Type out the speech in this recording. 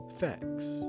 facts